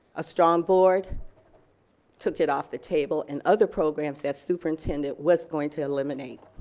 a strong board took it off the table and other programs that superintendent was going to eliminate.